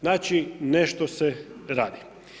Znači nešto se radi.